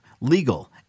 legal